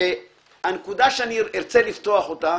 והנקודה שאני ארצה לפתוח אותה,